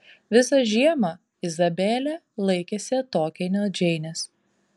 visą žiemą izabelė laikėsi atokiai nuo džeinės